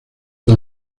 los